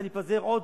ואני אפזר עוד.